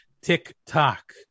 TikTok